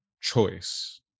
choice